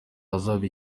hazaba